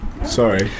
sorry